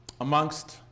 amongst